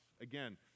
again